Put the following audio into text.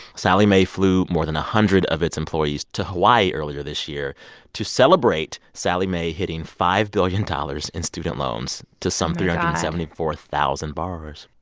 sallie mae flew more than a hundred of its employees to hawaii earlier this year to celebrate sallie mae hitting five billion dollars in student loans to some three hundred and seventy four thousand borrowers